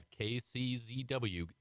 KCZW